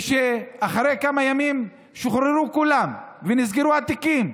ושאחרי כמה ימים שוחררו כולם ונסגרו התיקים,